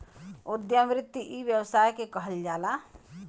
उद्यम वृत्ति इ व्यवसाय के कहल जाला